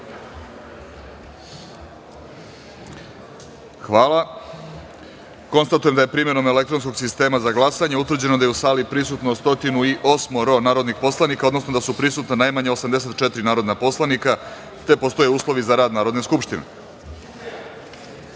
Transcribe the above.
glasanje. Hvala. Konstatujem da je, primenom elektronskog sistema za glasanje, utvrđeno da je u sali prisutno 108 narodnih poslanika, odnosno da su prisutna najmanje 84 narodna poslanika i da postoje uslovi za rad Narodne skupštine. Prelazimo